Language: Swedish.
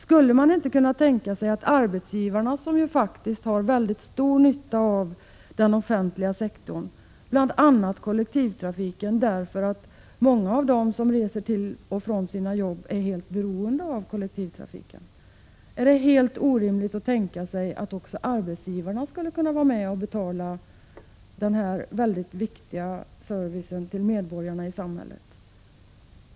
Skulle man inte kunna tänka sig att arbetsgivarna, som faktiskt har mycket stor nytta av den offentliga sektorn, bl.a. kollektivtrafiken — många av dem som reser till och från sina jobb är helt beroende av kollektivtrafiken — skulle kunna vara med och betala denna mycket viktiga service till medborgarna i samhället?